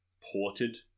ported